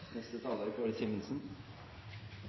Neste taler er